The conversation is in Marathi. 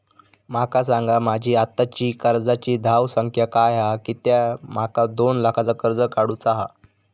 माका सांगा माझी आत्ताची कर्जाची धावसंख्या काय हा कित्या माका दोन लाखाचा कर्ज काढू चा हा?